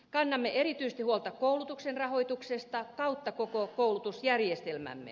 kannamme erityisesti huolta koulutuksen rahoituksesta kautta koko koulutusjärjestelmämme